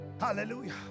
Hallelujah